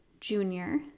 junior